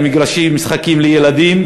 מגרשי משחקים לילדים,